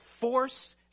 force